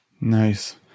nice